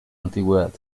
antigüedad